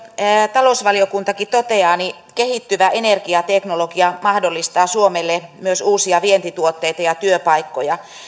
talousvaliokuntakin toteaa kehittyvä energiateknologia mahdollistaa suomelle myös uusia vientituotteita ja työpaikkoja